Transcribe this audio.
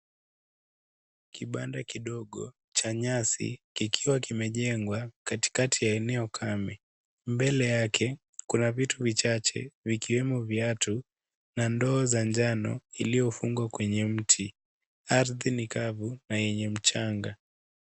Kibanda kidogo cha nyasi kikiwa kimejengwa katikati ya eneo kame , mbele yake kuna vitu vichache vikiwemo viatu na ndoo za njano iliyofungwa kwenye mti ardhi ni kavu na yenye mchanga.